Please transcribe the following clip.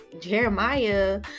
jeremiah